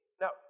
Now